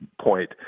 point